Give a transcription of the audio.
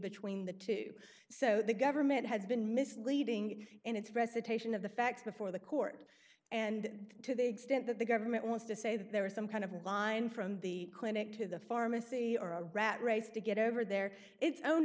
between the two so the government has been misleading in its recitation of the facts before the court and to the extent that the government wants to say that there was some kind of line from the clinic to the pharmacy or a rat race to get over there its own